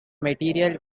material